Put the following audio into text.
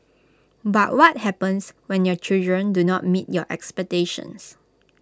but what happens when your children do not meet your expectations